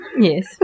Yes